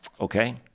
Okay